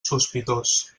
sospitós